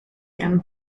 gran